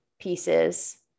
pieces